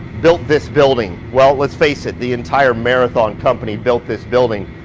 built this building. well let's face it. the entire marathon company built this building.